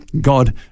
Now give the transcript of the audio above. God